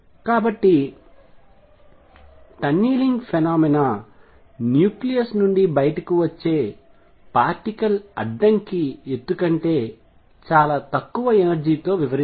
కాబట్టి tunnelling phenomena nucleus నుండి బయటకు వచ్చే పార్టికల్ అడ్డంకి ఎత్తు కంటే చాలా తక్కువ ఎనర్జీతో వివరించింది